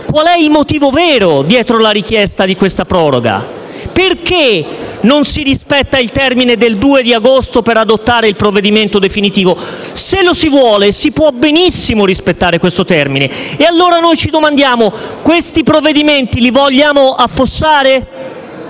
qual è il motivo vero dietro alla richiesta di questa proroga. Perché non si rispetta il termine del 3 agosto per adottare il provvedimento definitivo? Se si vuole, si può benissimo rispettare questo termine. Ci poniamo, allora, delle domande. Vogliamo affossare